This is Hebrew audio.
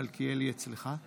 מלכיאלי, אצלך?